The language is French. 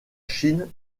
chine